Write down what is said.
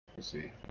see